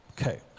Okay